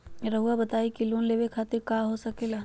रउआ बताई की लोन लेवे खातिर काका हो सके ला?